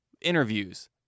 interviews